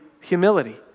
humility